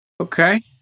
Okay